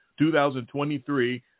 2023